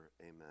Amen